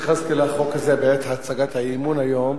התייחסתי לחוק הזה בעת הצגת האי-אמון היום.